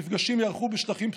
המפגשים ייערכו בשטחים פתוחים,